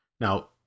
Now